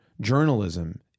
journalism